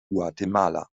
guatemala